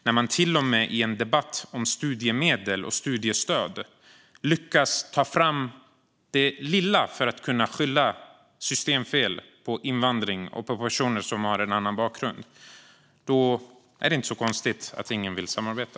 När man till och med i en debatt om studiestöd lyfter fram minsta lilla för att kunna skylla systemfel på invandring och på personer som har en annan bakgrund är det inte så konstigt att ingen vill samarbeta.